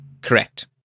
Correct